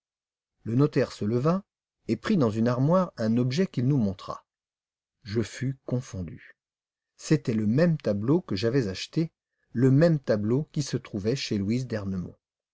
le notaire se leva et prit dans une armoire un objet qu'il nous montra je fus confondu c'était le même tableau que j'avais acheté le même tableau qui se trouvait chez louise d'ernemont